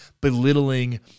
belittling